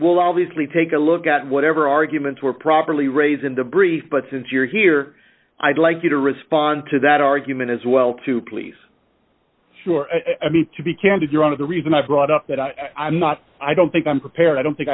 obviously take a look at whatever arguments were properly raised in the brief but since you're here i'd like you to respond to that argument as well to please sure i mean to be candid you're one of the reason i brought up that i i'm not i don't think i'm prepared i don't think